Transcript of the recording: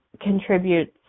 contributes